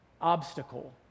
obstacle